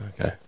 okay